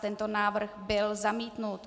Tento návrh byl zamítnut.